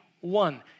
one